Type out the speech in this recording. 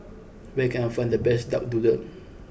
where can I find the best Duck Doodle